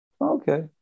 Okay